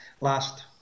last